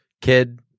kid